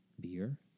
beer